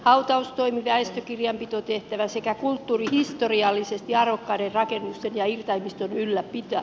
hautaustoimi väestökirjanpitotehtävä sekä kulttuurihistoriallisesti arvokkaiden rakennusten ja irtaimiston ylläpito